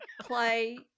play